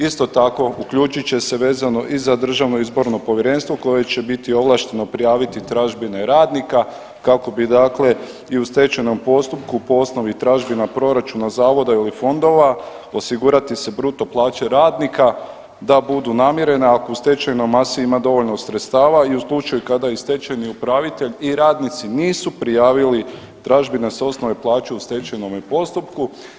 Isto tako uključit će se vezano i za DIP koje će biti ovlašteno prijaviti tražbine radnika kako bi dakle i u stečajnom postupku po osnovi tražbina proračuna zavoda ili fondova osigurati se bruto plaće radnika da budu namirena ako u stečajnoj masi ima dovoljno sredstava i u slučaju kada i stečajni upravitelj i radnici nisu prijavili tražbine s osnove plaće u stečajnome postupku.